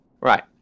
right